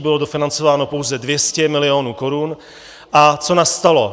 Bylo dofinancováno pouze 200 milionů korun a co nastalo?